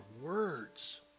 words